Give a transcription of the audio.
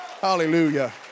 Hallelujah